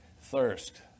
Thirst